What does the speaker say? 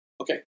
Okay